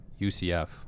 UCF